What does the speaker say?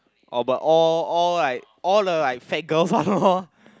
oh but all all like all the like fat girls one loh